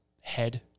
head